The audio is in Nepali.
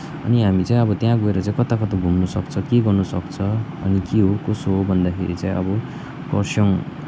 अनि हामी चाहिँ अब त्यहाँ गएर चाहिँ कता कता घुम्नु सक्छ के गर्नु सक्छ अनि के हो कसो हो भन्दाखेरि चाहिँ अब खरसाङ